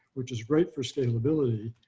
which is great for scalability.